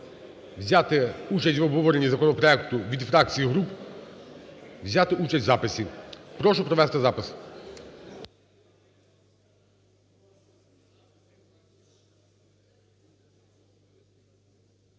взяти участь в обговоренні законопроекту від фракцій і груп, взяти участь в записі. Прошу провести запис.